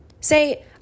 Say